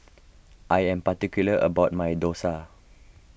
I am particular about my Dosa